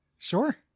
Sure